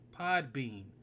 Podbean